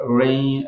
rain